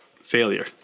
failure